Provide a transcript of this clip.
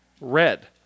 red